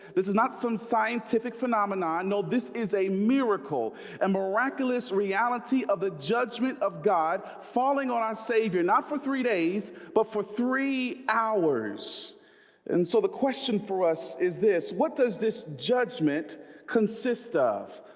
this is not some scientific phenomenon oh, this is a miracle a miraculous reality of the judgment of god falling on our savior not for three, but for three hours and so the question for us is this what does this judgment consist of?